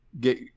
get